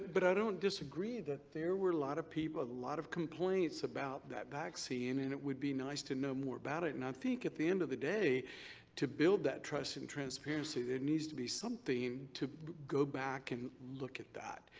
but i don't disagree that there were a lot of people, a lot of complaints about that vaccine and it would be nice to know more about it and i think at the end of the day to build that trust and transparency there needs to be something to go back and look at that.